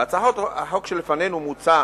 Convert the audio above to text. בהצעת החוק שלפנינו מוצע